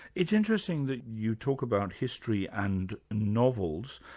it's interesting that you talk about history and novels.